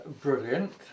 brilliant